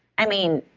i mean,